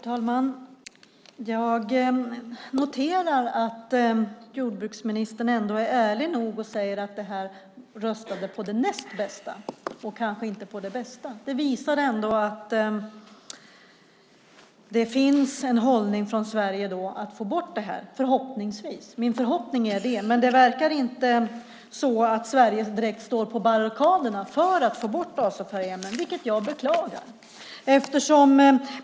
Herr talman! Jag noterar att jordbruksministern ändå är ärlig nog att säga att man röstade på det näst bästa. Det visar ändå att det finns en hållning från Sverige att få bort detta. Min förhoppning är det. Men det verkar inte som att Sverige direkt står på barrikaderna för att få bort azofärgämnen, vilket jag beklagar.